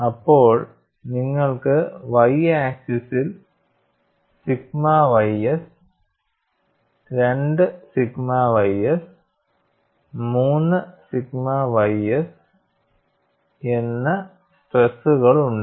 അപ്പോൾ നിങ്ങൾക്ക് y ആക്സിസിൽ sigma ys 2 sigma ys 3 sigma ys എന്ന സ്ട്രെസ്സുകൾ ഉണ്ട്